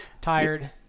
tired